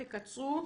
תקצרו,